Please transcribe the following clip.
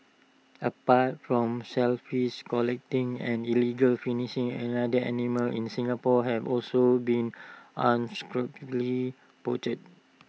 apart from shellfish collecting and illegal finishing and another animals in Singapore have also been unscrupulously poached